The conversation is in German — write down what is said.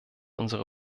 unsere